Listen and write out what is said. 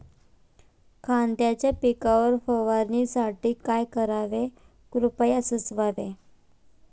कांद्यांच्या पिकावर फवारणीसाठी काय करावे कृपया सुचवावे